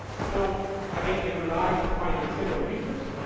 so, again, it relies on finding similar users.